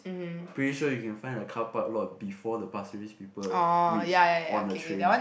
pretty sure you can find a carpark lot before the pasir-ris people reach on the train